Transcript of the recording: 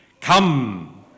Come